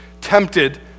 tempted